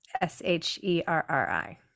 S-H-E-R-R-I